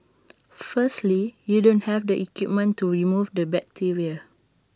firstly you don't have the equipment to remove the bacteria